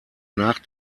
nach